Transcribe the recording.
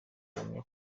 ahamya